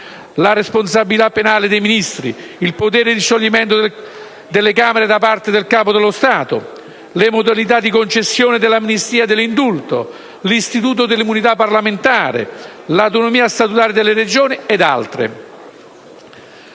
le responsabilità penali dei Ministri; il potere di scioglimento delle Camere da parte del Capo dello Stato; le modalità di concessione dell'amnistia e dell'indulto; l'istituto dell'immunità parlamentare; l'autonomia statutaria delle Regioni, eccetera.